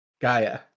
Gaia